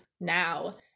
now